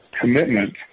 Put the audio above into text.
commitment